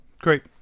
Great